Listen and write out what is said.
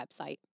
website